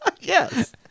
Yes